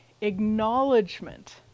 acknowledgement